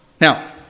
Now